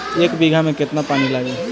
एक बिगहा में केतना पानी लागी?